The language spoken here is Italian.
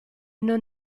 non